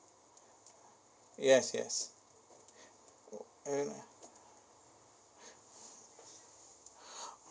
yes yes oh eh